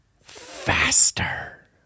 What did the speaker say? Faster